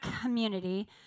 community